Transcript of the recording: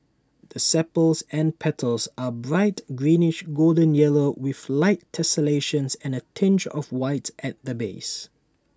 the sepals and petals are bright greenish golden yellow with light tessellations and A tinge of white at the base